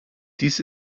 dies